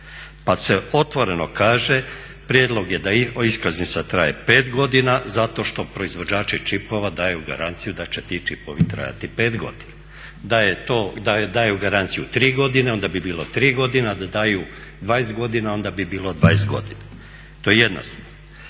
Pa se otvoreno kaže, prijedlog je da iskaznica traje 5 godina zato što proizvođači čipova daju garanciju da će ti čipovi trajati 5 godina. Da daju garanciju 3 godine onda bi bilo 3 godine a da daju 20 godina, onda bi bilo 20 godina. To je jedna stvar.